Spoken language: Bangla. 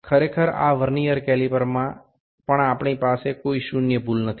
আসলে এই ভার্নিয়ার ক্যালিপারেও আমাদের কোনও শূন্য ত্রুটি ছিল না